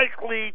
likely